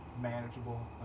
manageable